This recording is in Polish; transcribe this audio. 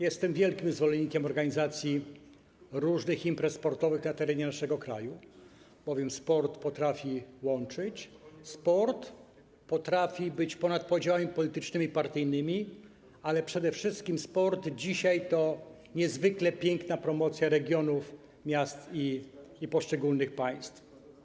Jestem wielkim zwolennikiem organizacji różnych imprez sportowych na terenie naszego kraju, bowiem sport potrafi łączyć, sport potrafi być ponad podziałami politycznymi, partyjnymi, ale przede wszystkim sport dzisiaj to niezwykle piękna promocja regionów, miast i poszczególnych państw.